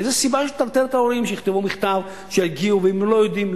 איזו סיבה יש לטרטר את ההורים שיכתבו מכתב ושיגיעו ואם הם לא יודעים,